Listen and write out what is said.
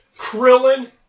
Krillin